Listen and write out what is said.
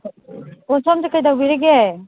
ꯑꯣ ꯁꯣꯝꯁꯤ ꯀꯩꯗꯧꯕꯤꯔꯤꯒꯦ